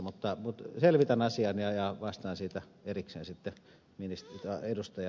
mutta selvitän asian ja vastaan siitä erikseen sitten ed